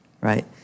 right